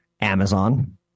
Amazon